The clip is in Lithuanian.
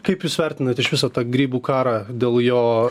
kaip jūs vertinat iš viso tą grybų karą dėl jo